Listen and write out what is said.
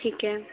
ठीक है